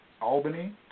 Albany